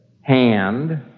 hand